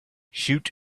shoot